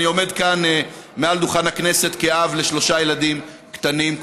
אני עומד כאן מעל דוכן הכנסת כאב לשלושה ילדים קטנים,